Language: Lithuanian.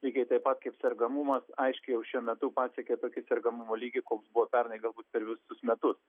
lygiai taip pat kaip sergamumas aiškiai jau šiuo metu pasiekė tokį sergamumo lygį koks buvo pernai galbūt per visus metus